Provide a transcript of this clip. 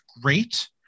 great